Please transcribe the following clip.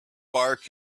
bark